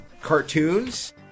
cartoons